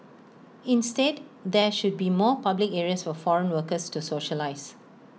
instead there should be more public areas for foreign workers to socialise